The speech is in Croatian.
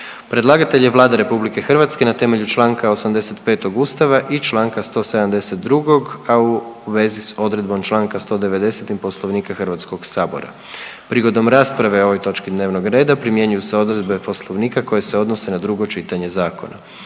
Predlagatelj je Vlada RH na temelju čl. 85. Ustava i čl. 172., a u vezi s odredbom čl. 190. Poslovnika Hrvatskog sabora. Prigodom rasprave o ovoj točki dnevnog reda primjenjuju se odredbe poslovnika koje se odnose na drugo čitanje zakona.